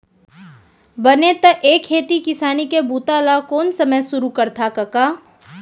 बने त ए खेती किसानी के बूता ल कोन समे सुरू करथा कका?